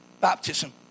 Baptism